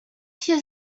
się